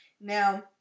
Now